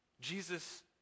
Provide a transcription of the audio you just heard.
Jesus